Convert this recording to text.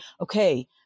okay